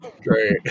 great